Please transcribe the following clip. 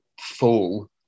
full